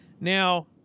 Now